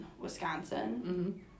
Wisconsin